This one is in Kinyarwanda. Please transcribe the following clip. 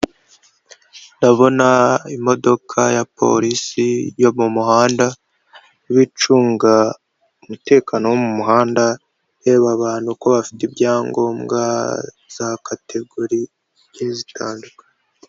Ndabona imodoka ya polisi yo mu muhanda iba icunga umutekano wo mu muhanda, ireba abantu ko bafite ibyangombwa za kategori zn'ibindi bitandukanye.